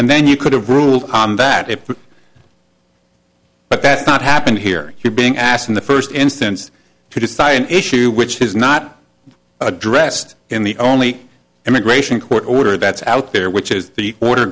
and then you could have ruled that a prig but that's not happened here you're being asked in the first instance to decide issue which is not addressed in the only immigration court order that's out there which is the order